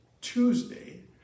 Tuesday